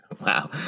Wow